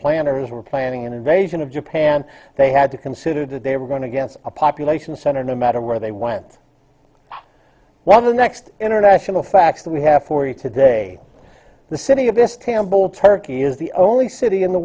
planners were planning an invasion of japan they had to consider that they were going to get a population center no matter where they went while the next international fact that we have for you today the city of this campbell turkey is the only city in the